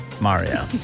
Mario